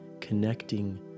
connecting